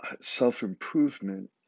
self-improvement